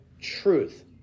truth